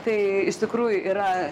tai iš tikrųjų yra